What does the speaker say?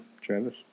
Travis